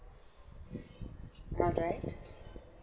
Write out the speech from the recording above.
all right